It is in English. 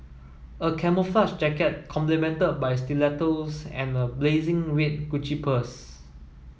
a camouflage jacket complemented by stilettos and a blazing red Gucci purse